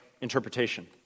interpretation